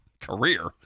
career